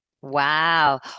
Wow